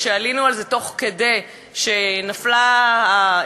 כשעלינו על זה תוך כדי שנפלה הבושה